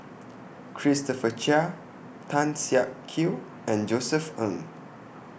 Christopher Chia Tan Siak Kew and Josef Ng